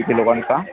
किती लोकांचा